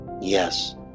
Yes